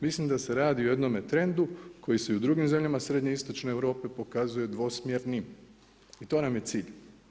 Mislim da se radi o jednome trendu, koji se i u drugim zemljama srednjoistočne Europe pokazuje dvosmjerni i to nam je cilj.